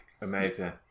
Amazing